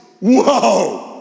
Whoa